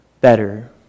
better